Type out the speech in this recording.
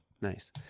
nice